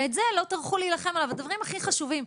ועל זה לא טרחו להילחם, הדברים הכי חשובים.